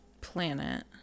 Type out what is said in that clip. planet